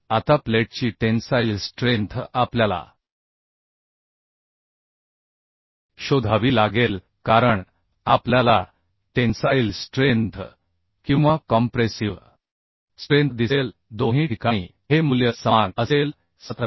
आता प्लेटची tensile strength आपल्याला शोधावी लागेल कारण आपल्याला टेन्साइल स्ट्रेंथ किंवा कॉम्प्रेसिव्ह स्ट्रेंथ दिसेल दोन्ही ठिकाणी हे मूल्य समान असेल 17